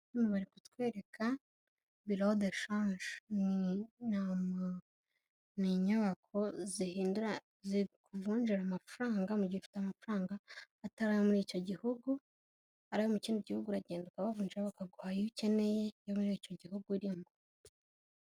Bari kutwereka biro de shanje, ni inyubako zihindura, zikuvunjira amafaranga mu gihe ufite amafaranga atari ayo muri icyo gihugu, ari ayo mu kindi gihugu uragenda ukabavungirara bakaguha ayo ukeneye, muri icyo gihugu urimo.